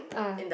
ah